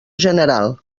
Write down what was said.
general